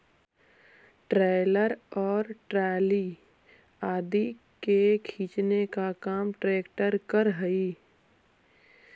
trailer और trolley आदि के खींचे के काम ट्रेक्टर करऽ हई